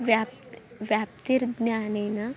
व्याप्तिः व्याप्तिर्ज्ञानेन